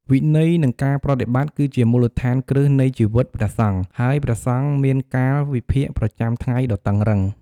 វិន័យ និងការប្រតិបត្តិ គឺជាមូលដ្ឋានគ្រឹះនៃជីវិតព្រះសង្ឃ ហើយព្រះសង្ឃមានកាលវិភាគប្រចាំថ្ងៃដ៏តឹងរ៉ឹង។